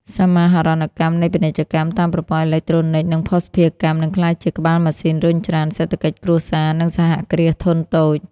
សមាហរណកម្មនៃពាណិជ្ជកម្មតាមប្រព័ន្ធអេឡិចត្រូនិក និងភស្តុភារកម្ម នឹងក្លាយជាក្បាលម៉ាស៊ីនរុញច្រានសេដ្ឋកិច្ចគ្រួសារ និងសហគ្រាសធុនតូច។